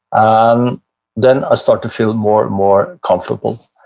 um then i start to feel more and more comfortable,